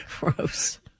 Gross